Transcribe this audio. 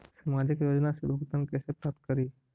सामाजिक योजना से भुगतान कैसे प्राप्त करी?